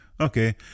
okay